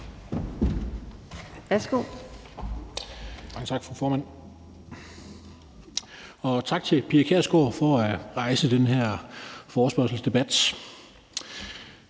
Mange tak, fru formand. Og tak til Pia Kjærsgaard for at rejse den her forespørgselsdebat.